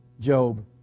Job